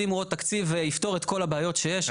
שימו עוד תקציב זה יפתור את כל הבעיות שיש.